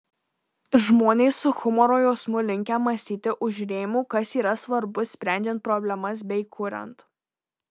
žmonės su humoro jausmu linkę mąstyti už rėmų kas yra svarbu sprendžiant problemas bei kuriant